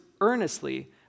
earnestly